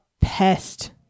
pest